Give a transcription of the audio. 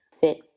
fit